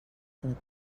tot